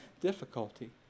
difficulty